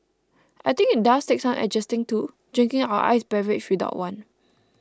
I think it does take some adjusting to drinking your iced beverage without one